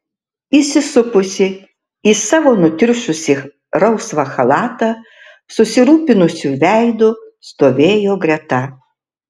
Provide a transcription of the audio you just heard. įsisupusi į savo nutriušusį rausvą chalatą susirūpinusiu veidu stovėjo greta